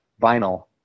vinyl